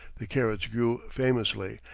the carrots grew famously,